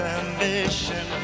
ambition